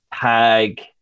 tag